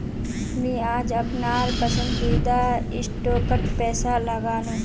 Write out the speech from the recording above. मी आज अपनार पसंदीदा स्टॉकत पैसा लगानु